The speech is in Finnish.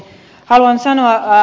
haluan sanoa ed